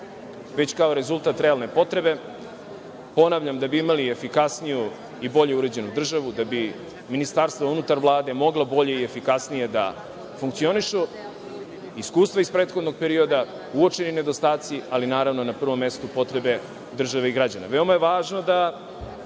već kao rezultat realne potrebe, ponavljam, da bi imali efikasniju i bolje uređenu državu, da bi ministarstva unutar Vlade mogla bolje i efikasnije da funkcionišu, iskustva iz prethodnog perioda, uočeni nedostaci, ali, naravno, na prvom mestu potrebe države i građana. Veoma